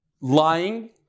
lying